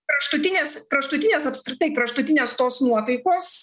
kraštutinės kraštutinės apskritai kraštutinės tos nuotaikos